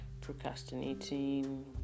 procrastinating